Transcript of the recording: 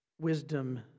wisdom